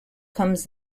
comes